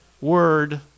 word